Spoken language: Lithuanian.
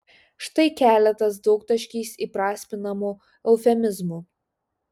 štai keletas daugtaškiais įprasminamų eufemizmų